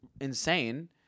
insane